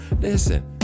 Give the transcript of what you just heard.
listen